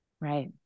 Right